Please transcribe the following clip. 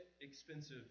expensive